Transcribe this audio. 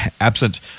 absent